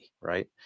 right